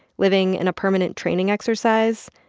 living in a permanent training exercise,